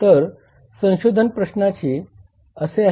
तर संशोधनाचे प्रश्न असे आहेत